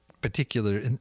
particular